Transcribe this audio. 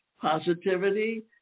positivity